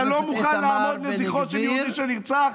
אתה לא מוכן לעמוד לזכרו של יהודי שנרצח?